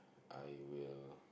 I will